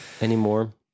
anymore